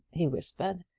he whispered,